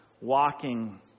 walking